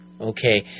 Okay